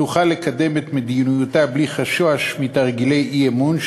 תוכל לקדם את מדיניותה בלי חשש מתרגילי אי-אמון,